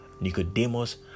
Nicodemus